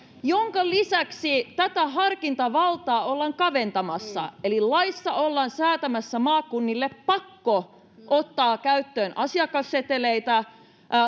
minkä lisäksi tätä harkintavaltaa ollaan kaventamassa eli laissa ollaan säätämässä maakunnille pakko ottaa käyttöön asiakasseteleitä